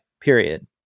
period